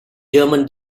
german